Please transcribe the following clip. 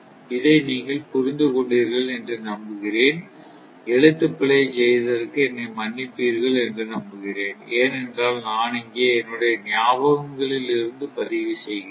இதை நீங்கள் புரிந்து கொண்டீர்கள் என்று நம்புகிறேன் எழுத்து பிழையை செய்ததற்கு என்னை மன்னிப்பீர்கள் என்று நம்புகிறேன் ஏனென்றால் நான் இங்கே என்னுடைய ஞாபகங்களில் இருந்து பதிவு செய்கிறேன்